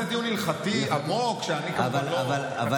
זה דיון הלכתי עמוק, שאני כמובן לא, קטונתי.